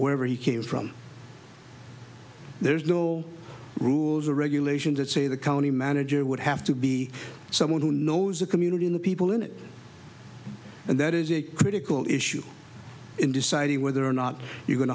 wherever he came from there's no rules or regulations that say the county manager would have to be someone who knows the community in the people in it and that is a critical issue in deciding whether or not you're going